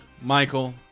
Michael